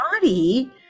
body